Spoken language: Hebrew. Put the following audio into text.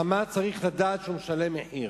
ה"חמאס" צריך לדעת שהוא משלם מחיר,